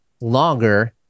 longer